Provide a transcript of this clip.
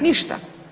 Ništa.